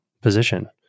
position